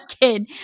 kid